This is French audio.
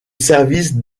service